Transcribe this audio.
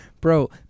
Bro